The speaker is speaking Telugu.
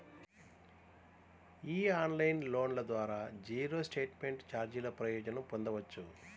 ఈ ఆన్లైన్ లోన్ల ద్వారా జీరో స్టేట్మెంట్ ఛార్జీల ప్రయోజనం పొందొచ్చు